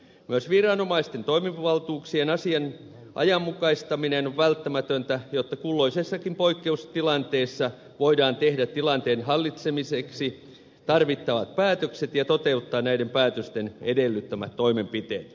myös viranomaisten toimivaltuuksien ajanmukaistaminen on välttämätöntä jotta kulloisessakin poikkeustilanteessa voidaan tehdä tilanteen hallitsemiseksi tarvittavat päätökset ja toteuttaa näiden päätösten edellyttämät toimenpiteet